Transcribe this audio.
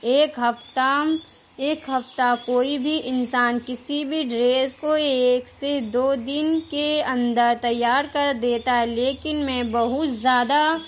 ایک ہفتہ ایک ہفتہ کوئی بھی انسان کسی بھی ڈریس کو ایک سے دو دن کے اندر تیار کر دیتا ہے لیکن میں بہت زیادہ